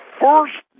first